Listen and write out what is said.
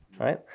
right